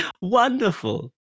Wonderful